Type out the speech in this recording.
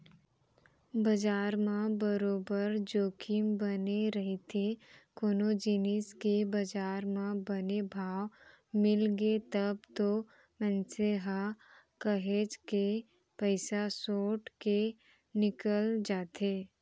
बजार म बरोबर जोखिम बने रहिथे कोनो जिनिस के बजार म बने भाव मिलगे तब तो मनसे ह काहेच के पइसा सोट के निकल जाथे